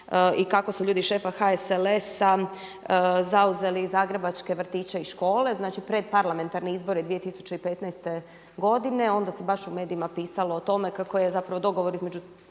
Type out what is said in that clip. i kako su ljudi šefa HSLS-a zauzeli zagrebačke vrtiće i škole. Znači pred parlamentarne izbore 2015. godine. A onda se baš u medijima pisalo o tome kako je zapravo dogovor između